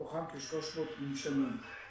מתוכם כ-300 מונשמים.